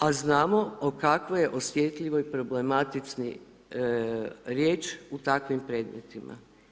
A znamo o kakvoj je osjetljivoj problematici riječ o takvim predmetima.